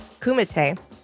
kumite